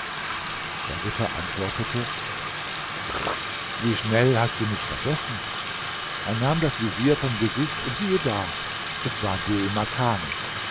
der ritter antwortete wie schnell hast du mich vergessen er nahm das visier vom gesicht und siehe da es war dhul makan